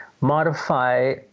modify